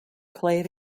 played